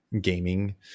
gaming